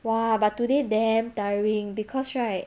!wah! but today them tiring because right